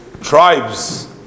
tribes